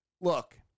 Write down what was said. look